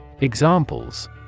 Examples